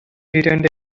returned